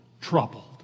troubled